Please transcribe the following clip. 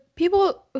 People